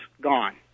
gone